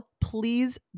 please